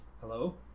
hello